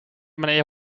manier